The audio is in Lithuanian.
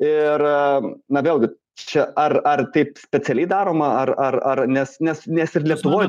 ir na vėlgi čia ar ar taip specialiai daroma ar ar ar nes nes nes ir lietuvoj